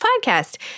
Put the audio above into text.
podcast